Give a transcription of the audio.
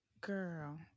Girl